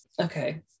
Okay